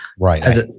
Right